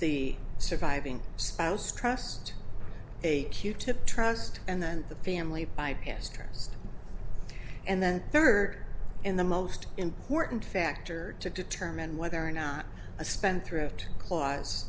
the surviving spouse trust a q tip trust and the family by pastors and then third in the most important factor to determine whether or not a spendthrift clause